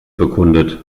bekundet